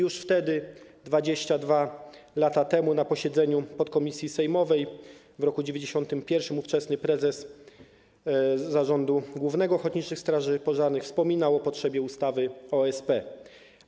Już wtedy, 22 lata temu, na posiedzeniu podkomisji sejmowej w roku 1991 ówczesny prezes Zarządu Głównego Ochotniczych Straży Pożarnych wspominał o potrzebie ustawy o OSP.